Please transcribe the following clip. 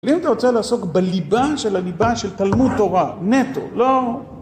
ואם אתה רוצה לעסוק בליבה של הליבה של תלמוד תורה, נטו, לא...